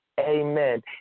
amen